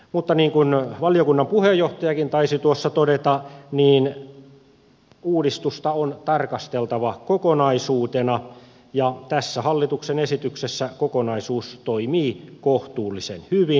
mutta niin kuin valiokunnan puheenjohtajakin taisi tuossa todeta niin uudistusta on tarkasteltava kokonaisuutena ja tässä hallituksen esityksessä kokonaisuus toimii kohtuullisen hyvin